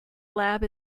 lab